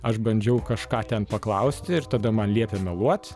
aš bandžiau kažką ten paklausti ir tada man liepė meluot